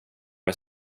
mig